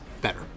better